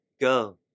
go